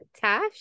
Tash